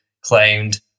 claimed